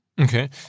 Okay